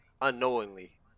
unknowingly